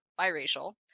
biracial